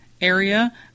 area